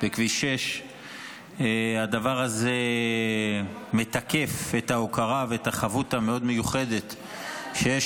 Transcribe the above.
בכביש 6. הדבר הזה מתקף את ההוקרה ואת החבות המאוד-מיוחדת שיש